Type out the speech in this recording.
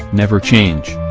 never change.